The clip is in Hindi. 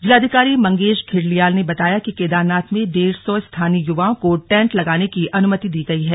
जिलाधिकारी मंगेश धिल्ड़ियाल ने बताया कि केदानाथ में डेढ़ सौ स्थानीय युवाओं को टेंट लगाने की अनुमति दी गई है